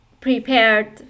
prepared